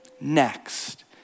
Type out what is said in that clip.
next